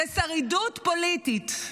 הוא שרידות פוליטית.